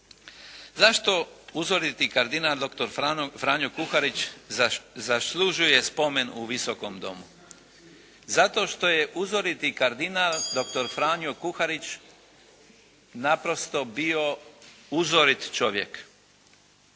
Zašto uzoriti kardinal doktor Franjo Kuharić zaslužuje spomen u Visokom domu? Zato što je uzoriti kardinal doktor Franjo Kuharić naprosto bio uzorit čovjek.